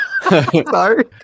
Sorry